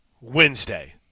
Wednesday